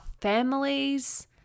families